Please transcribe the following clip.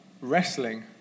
wrestling